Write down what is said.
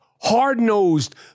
hard-nosed